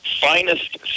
finest